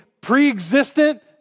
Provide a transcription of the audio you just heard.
pre-existent